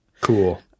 Cool